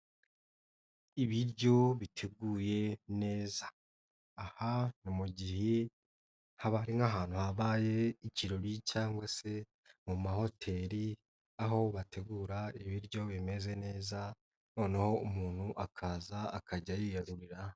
Ibiryo biteguye neza, aha ni mu gihe haba hari nk'ahantu habaye ikirori cyangwa se mu mahoteli aho bategura ibiryo bimeze neza noneho umuntu akaza akajya yiyarurira.